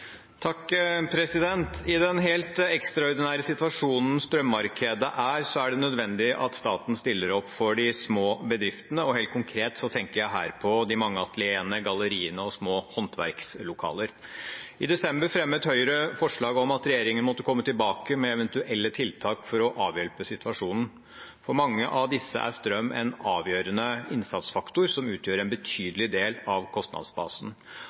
helt konkret tenker jeg på de mange atelierene, galleriene og små håndverkslokalene. I desember fremmet Høyre forslag om at regjeringen måtte komme tilbake med eventuelle tiltak for å avhjelpe situasjonen. For mange av disse bedriftene er strøm en avgjørende innsatsfaktor som utgjør en betydelig del av kostnadsbasen.